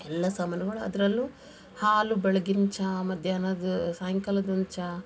ಎಲ್ಲ ಸಾಮಾನುಗಳು ಅದ್ರಲ್ಲೂ ಹಾಲು ಬೆಳ್ಗಿನ ಚಹಾ ಮಧ್ಯಾಹ್ನದ ಸಾಂಯ್ಕಾಲದೊಂದು ಚಹಾ